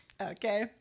Okay